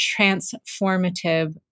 transformative